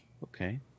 Okay